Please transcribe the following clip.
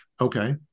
Okay